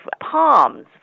palms